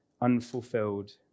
unfulfilled